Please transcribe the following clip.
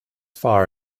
far